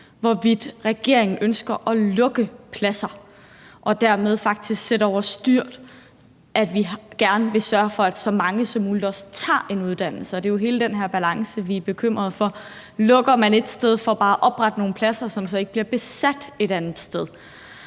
hvorvidt regeringen ønsker at lukke pladser og dermed faktisk også sætte over styr, at vi gerne vil sørge for, at så mange som muligt tager en uddannelse. Og det er jo hele den her balance, vi er bekymrede for: Lukker man et sted for bare at oprette nogle pladser, som så ikke bliver besat, et andet sted?